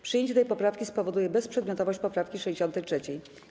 Przyjęcie tej poprawki spowoduje bezprzedmiotowość poprawki 63.